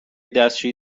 دستشویی